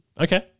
Okay